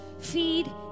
feed